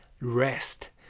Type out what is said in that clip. rest